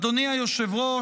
אדוני היושב-ראש,